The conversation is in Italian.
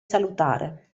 salutare